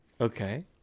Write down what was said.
Okay